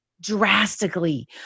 drastically